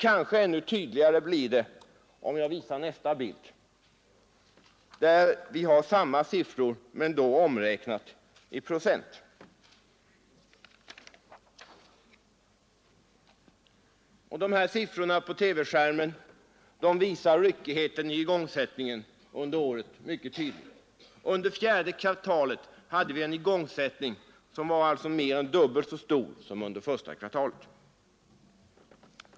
Kanske ännu tydligare blir detta om jag visar nästa tabell, där vi har samma siffror men då omräk nade i procenttal. Siffrorna på TV-skärmen visar mycket tydligt ryckigheten i igångsättningen under året. Under fjärde kvartalet hade vi en igångsättning som alltså var mer än dubbelt så stor som under första kvartalet.